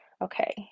okay